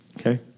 okay